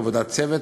עבודת צוות,